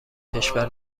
کشور